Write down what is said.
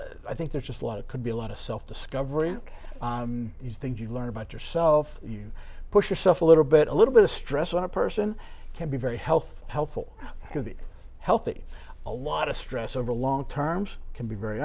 i think there's just a lot of could be a lot of self discovery things you learn about yourself you push yourself a little bit a little bit of stress one person can be very health helpful to be healthy a lot of stress over long terms can be very